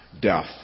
death